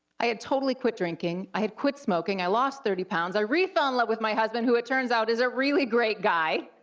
i had totally quit drinking, i had quit smoking, i lost thirty pounds, i re-fell in love with my husband, who it turns out is a really great guy,